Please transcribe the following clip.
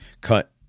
cut